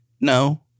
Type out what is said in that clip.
No